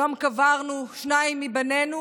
היום קברנו שניים מבנינו